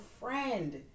friend